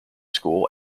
school